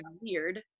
weird